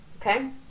okay